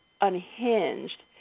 unhinged